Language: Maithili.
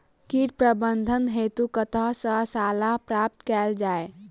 कीट प्रबंधन हेतु कतह सऽ सलाह प्राप्त कैल जाय?